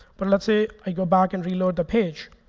but let's say, i go back and reload the page.